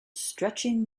stretching